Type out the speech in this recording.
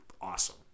awesome